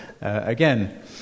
Again